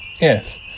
Yes